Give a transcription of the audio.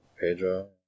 Pedro